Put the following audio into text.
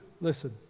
Listen